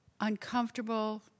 uncomfortable